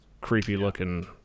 creepy-looking